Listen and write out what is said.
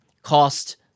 Cost